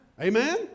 Amen